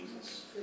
Jesus